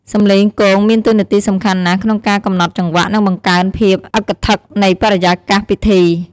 សំឡេងគងមានតួនាទីសំខាន់ណាស់ក្នុងការកំណត់ចង្វាក់ និងបង្កើនភាពអឹកធឹកនៃបរិយាកាសពិធី។